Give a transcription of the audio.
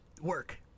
work